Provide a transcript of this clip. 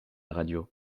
radio